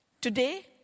Today